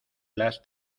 las